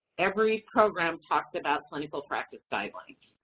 every program talks about clinical practice guidelines.